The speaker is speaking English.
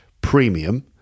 premium